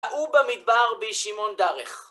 ובמדבר בשמעון דרך.